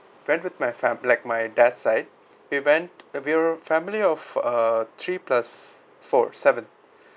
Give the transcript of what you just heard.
went with my family like my dad side we went we were family of uh three plus four seven